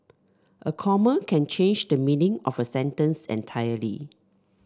a comma can change the meaning of a sentence entirely